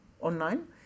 online